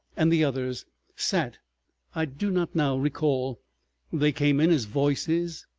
and the others sat i do not now recall they came in as voices,